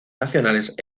nacionales